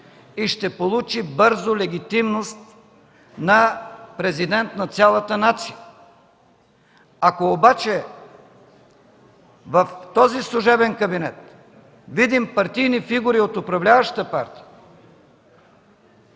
ще получи легитимност на президент на цялата нация. Ако обаче в този служебен кабинет видим партийни фигури от управляващата партия,